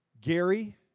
Gary